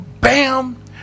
bam